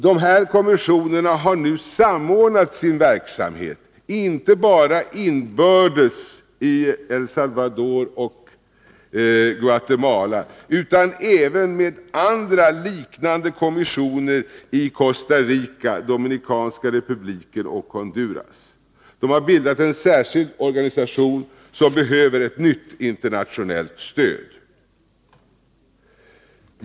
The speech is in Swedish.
Dessa kommissioner har nu samordnat sin verksamhet inte bara inbördes i El Salvador och Guatemala utan även med liknande kommissioner i Costa Rica, Dominikanska republiken och Honduras. De har bildat en särskild organisation som behöver nytt internationellt stöd.